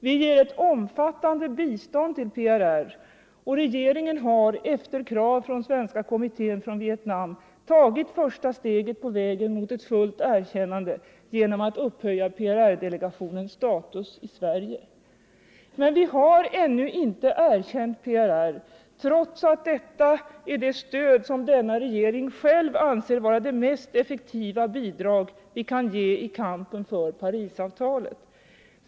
Vi ger ett omfattande bistånd till PRR, och regeringen har efter krav från Svenska kommittén för Vietnam tagit första steget på vägen mot ett fullt erkännande genom att upphöja PRR-delegationens status i Sverige. Å andra sidan har vi ännu inte erkänt PRR, trots att detta är det stöd som denna regering själv anser vara det mest effektiva bidrag vi kan ge i kampen för Parisavtalet.